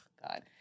God